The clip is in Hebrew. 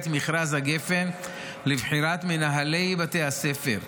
מכרז הגפ"ן לבחירת מנהלי בתי הספר.